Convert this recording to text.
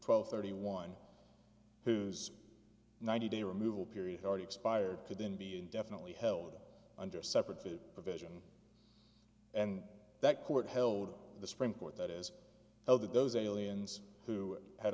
twelve thirty one whose ninety day removal period already expired could then be indefinitely held under separate food provision and that court held the supreme court that is now that those aliens who had